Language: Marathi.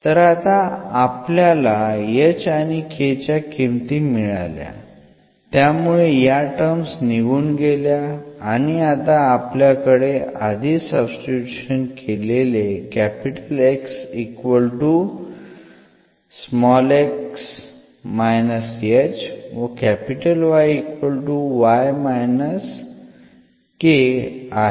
तर आता आपल्याला h आणि k च्या किमती मिळाल्या त्यामुळे या टर्म्स निघून गेल्या आणि आता आपल्याकडे आधीच सब्स्टिट्यूट केलेले व आहे